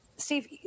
Steve